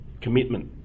commitment